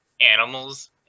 animals